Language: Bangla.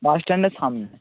বাস স্ট্যান্ডের সামনে